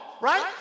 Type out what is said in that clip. right